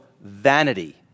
vanity